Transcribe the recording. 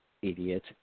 Idiot